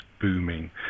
booming